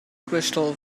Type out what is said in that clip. crystal